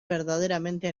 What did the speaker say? verdaderamente